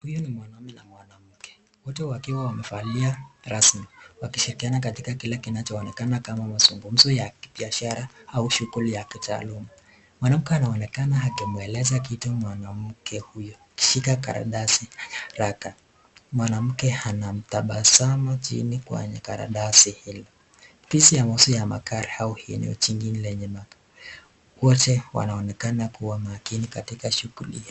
Huyu ni mwanaume na mwanamke. Wote wakiwa wamevalia rasmi. Wakishirikiana katika kile kinacho onekana kama mazungumzo ya kibiashara au shughuli ya kitaalum . Mwanamke anaonekana akimueleza kitu mwanamke huyu akishika karatasi haraka. Mwanamke anamtabasamu chini kwa karatasi. Wote wanaonekana kua makini katika